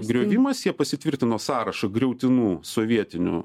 griovimas jie pasitvirtino sąrašą griautinų sovietinių